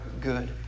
good